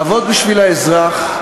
לעבוד בשביל האזרח,